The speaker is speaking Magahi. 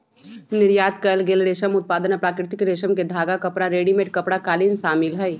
निर्यात कएल गेल रेशम उत्पाद में प्राकृतिक रेशम के धागा, कपड़ा, रेडीमेड कपड़ा, कालीन शामिल हई